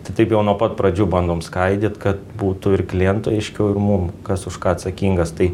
tai taip jau nuo pat pradžių bandom skaidyt kad būtų ir klientui aiškiau ir mum kas už ką atsakingas tai